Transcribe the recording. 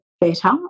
better